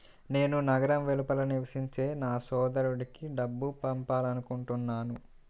నేను నగరం వెలుపల నివసించే నా సోదరుడికి డబ్బు పంపాలనుకుంటున్నాను